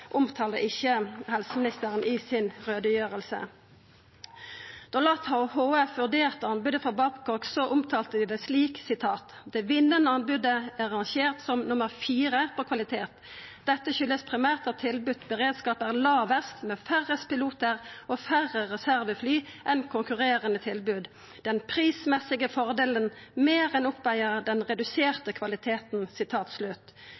helseministeren i si utgreiing. Da Luftambulansetenesta HF vurderte anbodet frå Babcock, omtalte dei det slik: «Det vinnende tilbudet er rangert som nr. 4 på kvalitet. Dette skyldes primært at tilbudt beredskap er lavest med færre piloter og færre reservefly enn konkurrerende tilbud. Den prismessige fordelen mer enn oppveier den